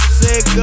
sick